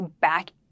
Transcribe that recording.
back